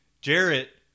Jarrett